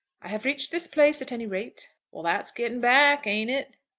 i have reached this place at any rate. well that's getting back, ain't it?